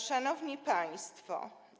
Szanowni Państwo!